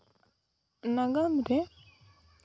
ᱱᱟᱜᱟᱢ ᱨᱮ